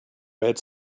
red